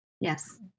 Yes